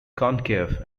concave